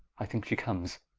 i thinke she comes,